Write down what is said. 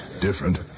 Different